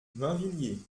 mainvilliers